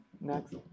next